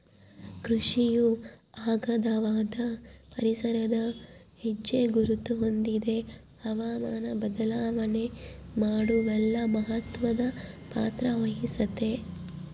ಕೃಷಿಯು ಅಗಾಧವಾದ ಪರಿಸರದ ಹೆಜ್ಜೆಗುರುತ ಹೊಂದಿದೆ ಹವಾಮಾನ ಬದಲಾವಣೆ ಮಾಡುವಲ್ಲಿ ಮಹತ್ವದ ಪಾತ್ರವಹಿಸೆತೆ